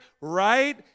Right